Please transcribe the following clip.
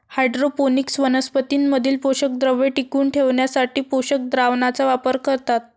hydroponics वनस्पतीं मधील पोषकद्रव्ये टिकवून ठेवण्यासाठी पोषक द्रावणाचा वापर करतात